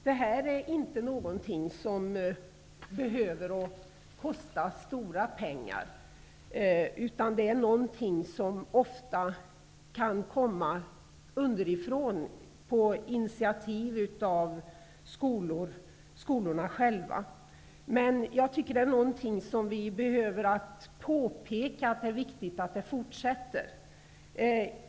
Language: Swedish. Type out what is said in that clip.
Detta är inte något som behöver kosta stora pengar, utan det är något som ofta kan komma underifrån på initiativ från skolorna själva. Jag tycker att det är viktigt att detta fortsätter.